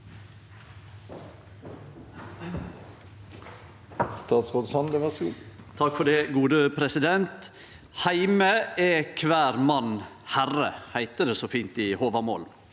«Heime er kvar mann herre», heiter det så fint i Håvamål.